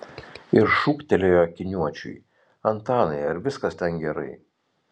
ir šūktelėjo akiniuočiui antanai ar viskas ten gerai